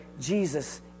Jesus